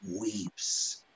weeps